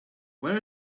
where